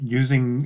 using